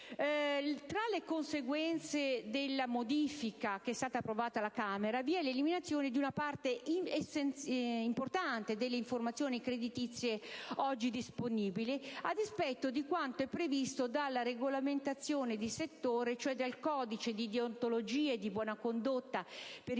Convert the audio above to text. Tra le conseguenze della modifica approvata alla Camera dei deputati vi è l'eliminazione di una parte importante delle informazioni creditizie oggi disponibili, a dispetto di quanto previsto dalla regolamentazione di settore, cioè dal codice di deontologia e di buona condotta per i